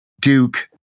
Duke